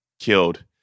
killed